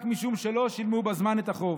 רק משום שלא שילמו בזמן את החוב.